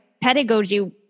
pedagogy